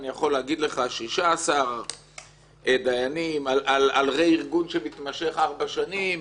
אני יכול להגיד לך 16 דיינים על רה-ארגון שמתמשך ארבע שנים.